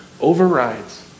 overrides